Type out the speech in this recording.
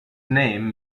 name